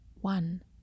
One